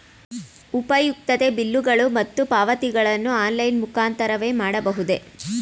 ಉಪಯುಕ್ತತೆ ಬಿಲ್ಲುಗಳು ಮತ್ತು ಪಾವತಿಗಳನ್ನು ಆನ್ಲೈನ್ ಮುಖಾಂತರವೇ ಮಾಡಬಹುದೇ?